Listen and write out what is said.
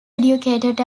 educated